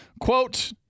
Quote